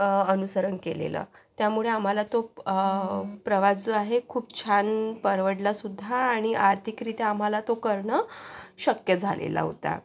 अ अनुसरण केलेलं त्यामुळे आम्हाला तो प्रवास जो आहे खूप छान परवडला सुद्धा आणि आर्थिकरित्या आम्हाला तो करणं शक्य झालेला होता